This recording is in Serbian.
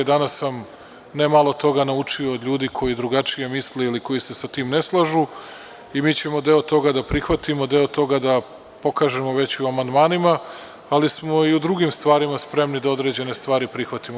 Danas sam ne malo toga naučio od ljudi koji drugačije misle ili koji se ne slažu i mi ćemo deo toga da prihvatimo, deo toga da pokažemo u amandmanima, ali smo i u drugim stvarima spremni da određene stvari prihvatimo.